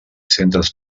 centres